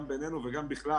גם בינינו וגם בכלל